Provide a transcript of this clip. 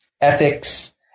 ethics